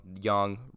young